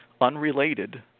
unrelated